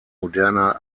moderner